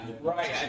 right